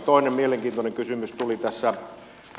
toinen mielenkiintoinen kysymys tuli tässä